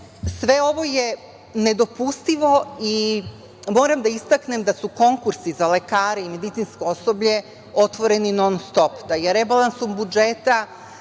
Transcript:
sve ovo je nedopustivo. Moram da istaknem da su konkursi za lekare i medicinsko osoblje otvoreni non-stop, da su rebalansom budžeta